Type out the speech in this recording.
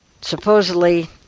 supposedly